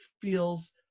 feels